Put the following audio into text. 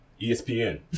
ESPN